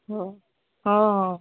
ହଁ ହଁ ହଁ